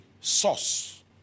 source